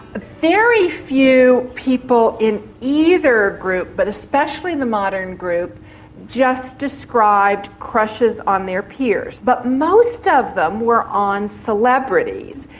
very few people in either group but especially the modern group just described crushes on their peers but most of them were on celebrities.